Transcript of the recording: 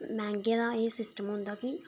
मैह्ंगे दा एह् सिस्टम होंदा कि